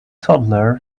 toddler